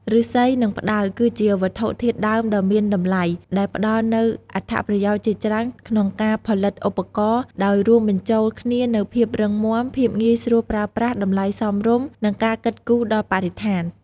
ឫស្សី និងផ្តៅ គឺជាវត្ថុធាតុដើមដ៏មានតម្លៃដែលផ្តល់នូវអត្ថប្រយោជន៍ជាច្រើនក្នុងការផលិតឧបករណ៍ ដោយរួមបញ្ចូលគ្នានូវភាពរឹងមាំ ភាពងាយស្រួលប្រើប្រាស់ តម្លៃសមរម្យ និងការគិតគូរដល់បរិស្ថាន។